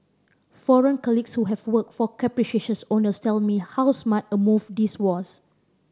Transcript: foreign colleagues who have worked for capricious owners tell me how smart a move this was